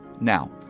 Now